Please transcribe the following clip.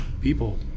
people